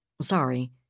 Sorry